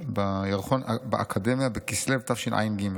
בירחון "באקדמיה", בכסלו תשע"ג.